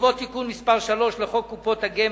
בעקבות תיקון מס' 3 לחוק קופות הגמל,